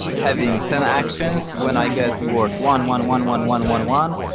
having ten actions when i get reward one, one, one, one, one, one, one,